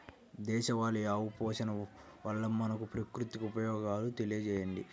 దేశవాళీ ఆవు పోషణ వల్ల మనకు, ప్రకృతికి ఉపయోగాలు తెలియచేయండి?